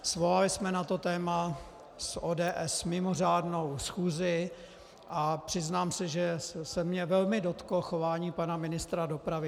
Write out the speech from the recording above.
Svolali jsme na to téma s ODS mimořádnou schůzi a přiznám se, že se mě velmi dotklo chování pana ministra dopravy.